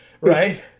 right